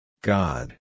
God